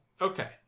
Okay